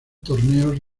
torneos